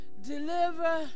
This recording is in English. deliver